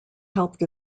helped